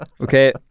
Okay